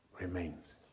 remains